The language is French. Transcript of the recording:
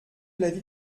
l’avis